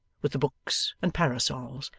with the books and parasols,